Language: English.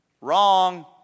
Wrong